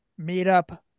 Meetup